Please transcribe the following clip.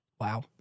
Wow